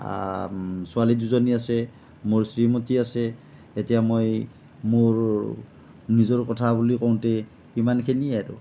ছোৱালী দুজনী আছে মোৰ শ্ৰীমতী আছে এতিয়া মই মোৰ নিজৰ কথা বুলি কওঁতে ইমান খিনিয়েই আৰু